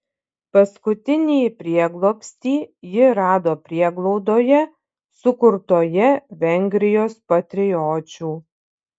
paskutinį prieglobstį ji rado prieglaudoje sukurtoje vengrijos patriočių